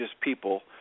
people